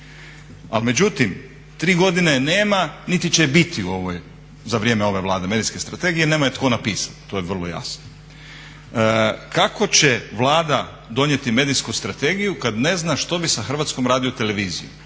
Ali međutim 3 godine je nema niti će je biti za vrijeme ove Vlade, medijske strategije, nema je tko napisati. to je vrlo jasno. Kako će Vlada donijeti medijsku strategiju kad ne zna što bi sa HRT-om? Kad ne zna